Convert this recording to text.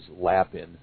Lapin